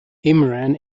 imran